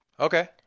Okay